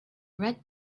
red